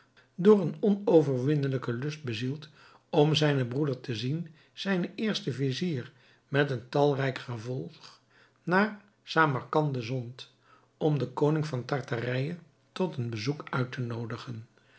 door een onverwinnelijken lust bezield om zijnen broeder te zien zijnen eersten vizier met een talrijk gevolg naar samarcande zond om den koning van tartarije tot een bezoek uit te noodigen